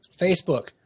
Facebook